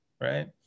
right